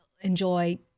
enjoy